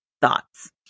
thoughts